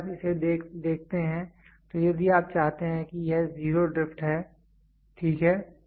यदि आप इसे देखते हैं तो यदि आप चाहते हैं कि यह जीरो ड्रिफ्ट है ठीक है